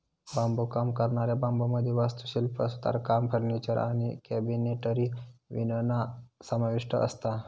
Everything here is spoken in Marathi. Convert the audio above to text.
बांबुकाम करणाऱ्या बांबुमध्ये वास्तुशिल्प, सुतारकाम, फर्निचर आणि कॅबिनेटरी विणणा समाविष्ठ असता